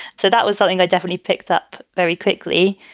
so that was something i definitely picked up very quickly.